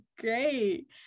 great